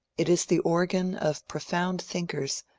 it is the organ of profound thinkers,